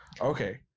Okay